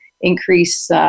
increase –